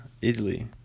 Italy